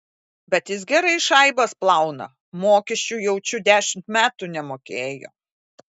bet jis gerai šaibas plauna mokesčių jaučiu dešimt metų nemokėjo